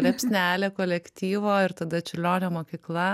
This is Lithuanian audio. liepsnelė kolektyvo ir tada čiurlionio mokykla